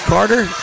Carter